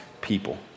people